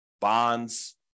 bonds